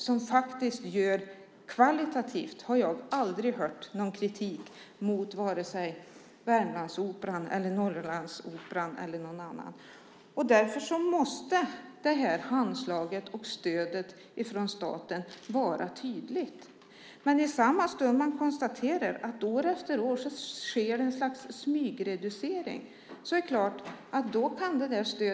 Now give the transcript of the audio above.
Jag har aldrig hört någon kritik när det gäller kvaliteten mot vare sig Värmlandsoperan, Norrlandsoperan eller någon annan. Handslaget och stödet från staten måste vara tydligt. Samma stund som man kan konstatera att det år efter år sker ett slags smygreducering kan stödet vittra sönder.